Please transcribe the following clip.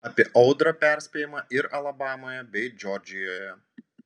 apie audrą perspėjama ir alabamoje bei džordžijoje